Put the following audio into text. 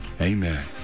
Amen